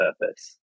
purpose